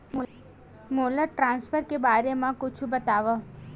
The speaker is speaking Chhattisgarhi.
मोला ट्रान्सफर के बारे मा कुछु बतावव?